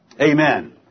Amen